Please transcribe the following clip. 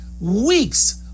weeks